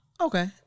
okay